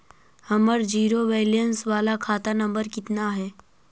हमर zero balance बाला खाता नम्बर कितना है?